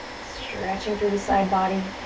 stretching through the side body.